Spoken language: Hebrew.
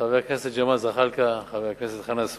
חבר הכנסת ג'מאל זחאלקה, חבר הכנסת חנא סוייד,